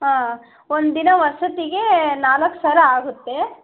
ಹಾಂ ಒಂದಿನ ವಸತಿಗೆ ನಾಲ್ಕು ಸಾವಿರ ಆಗುತ್ತೆ